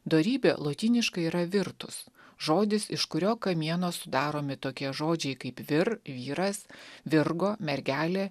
dorybė lotyniškai yra virtus žodis iš kurio kamieno sudaromi tokie žodžiai kaip vir vyras virgo mergelė